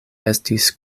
estis